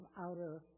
outer